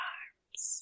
arms